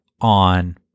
on